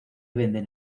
venden